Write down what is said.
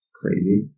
crazy